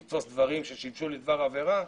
לתפוס דברים ששימשו לדבר עבירה,